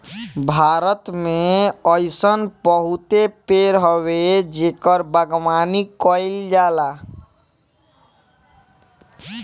भारत में अइसन बहुते पेड़ हवे जेकर बागवानी कईल जाला